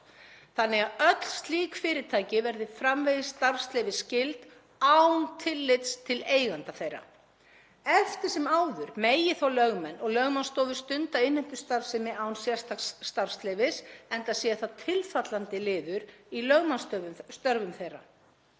þannig að öll slík fyrirtæki verði framvegis starfsleyfisskyld án tillits til eigenda þeirra. Eftir sem áður megi þó lögmenn og lögmannsstofur stunda innheimtustarfsemi án sérstaks starfsleyfis, enda sé það tilfallandi liður í lögmannsstörfum þeirra.